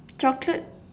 chocolate